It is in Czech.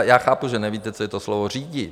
Já chápu, že nevíte, co je to slovo řídit.